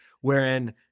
Wherein